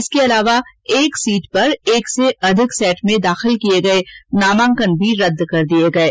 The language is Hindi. इसके अलावा एक सीट पर एक से अधिक सैट में दाखिल किये गये नामांकन भी रद्द किये गये हैं